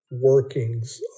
workings